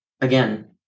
again